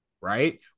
right